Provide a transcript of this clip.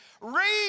read